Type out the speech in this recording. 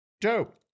dope